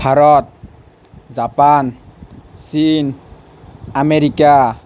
Bharat Japan চীন America